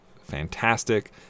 fantastic